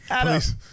please